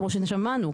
כמו ששמענו,